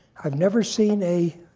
i've never seen a